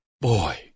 boy